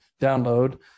download